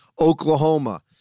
Oklahoma